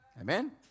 Amen